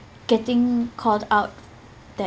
getting called out that